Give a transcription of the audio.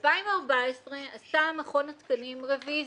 ב-2014 עשה מכון התקנים רוויזיה,